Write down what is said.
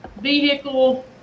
vehicle